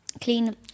Clean